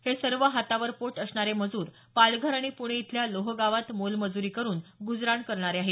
हे सर्व हातावर पोट असणारे मजूर पालघर आणि पुणे इथल्या लोहगावात मोलमजूरी करून गुजराण करणारे आहेत